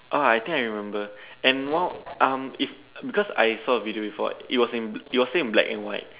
oh I think I remember and one um it's because I saw a video before it was in it was still in black and white